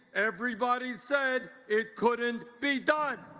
everybody said it couldn't be done.